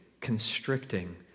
constricting